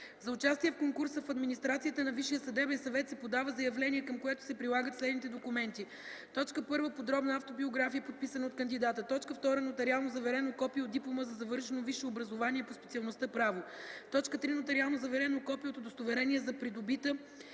За участие в конкурса в администрацията на Висшия съдебен съвет се подава заявление, към което се прилагат следните документи: 1. подробна автобиография, подписана от кандидата; 2. нотариално заверено копие от диплома за завършено висше образование по специалността „Право”; 3. нотариално заверено копие от удостоверение за придобита